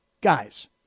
Guys